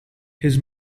his